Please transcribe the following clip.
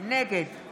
נגד עופר